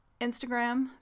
Instagram